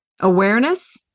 Awareness